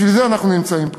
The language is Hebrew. בשביל זה אנחנו נמצאים פה.